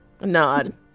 nod